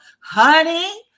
Honey